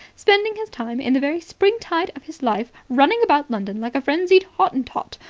spending his time in the very spring-tide of his life running about london like a frenzied hottentot,